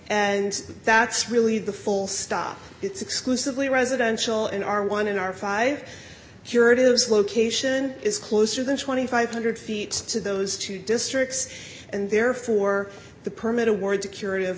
and that's really the full stop it's exclusively residential in our one in our five curative location is closer than two thousand five hundred feet to those two districts and therefore the permit a word secur